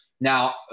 Now